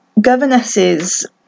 Governesses